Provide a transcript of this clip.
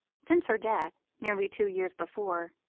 since her death, nearly two years before,